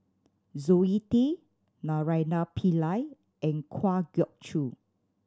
Zoe Tay Naraina Pillai and Kwa Geok Choo